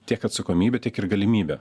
tiek atsakomybė tiek ir galimybė